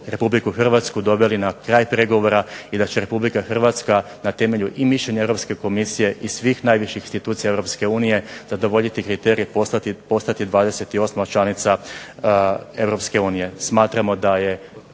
smo RH doveli na kraj pregovora i da će RH na temelju i mišljenje Europske komisije i svih najviših institucija EU zadovoljiti kriterije i postati 28 članica EU. Smatramo da je